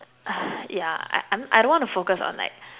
yeah I I don't wanna focus on like